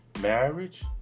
marriage